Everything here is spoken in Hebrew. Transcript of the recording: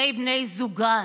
העצובה,